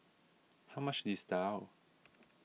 how much is Daal